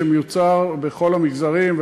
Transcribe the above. שמיוצר בכל המגזרים,